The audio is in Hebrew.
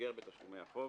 פיגר בתשלומי החוב.